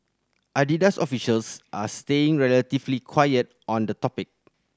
Adidas officials are staying relatively quiet on the topic